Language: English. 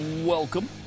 Welcome